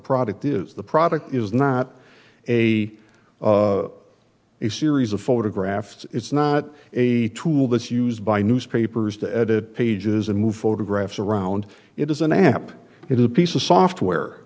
product is the product is not a series of photographs it's not a tool that's used by newspapers to edit pages and move photographs around it is an app it is a piece of software